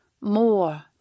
more